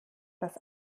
dass